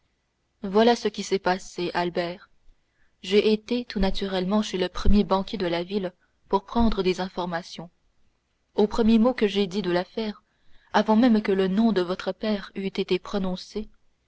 voilà ce qui s'est passé albert j'ai été tout naturellement chez le premier banquier de la ville pour prendre des informations au premier mot que j'ai dit de l'affaire avant même que le nom de votre père eût été prononcé